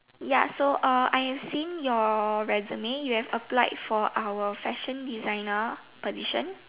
ya so I have seen your resume you have applied for our fashion designer position